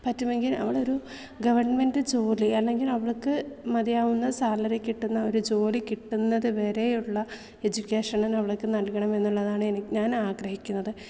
പറ്റുമെങ്കിൽ അവളൊരു ഗവൺമെൻട് ജോലി അല്ലെങ്കിലവൾക്ക് മതിയാകുന്ന സാലറി കിട്ടുന്ന ഒരു ജോലി കിട്ടുന്നതു വരെയുള്ള എജ്യൂക്കേഷനവൾക്ക് നൽകണം എന്നുള്ളതാണ് എനിക്ക് ഞാൻ ആഗ്രഹിക്കുന്നത്